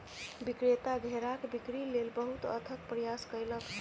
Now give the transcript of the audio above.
विक्रेता घेराक बिक्री लेल बहुत अथक प्रयास कयलक